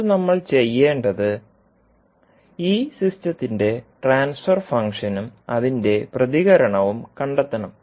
ഇപ്പോൾ നമ്മൾ ചെയ്യേണ്ടത് ഈ സിസ്റ്റത്തിന്റെ ട്രാൻസ്ഫർ ഫംഗ്ഷനും അതിന്റെ പ്രതികരണവും കണ്ടെത്തണം